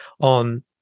on